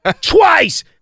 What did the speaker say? Twice